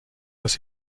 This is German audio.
was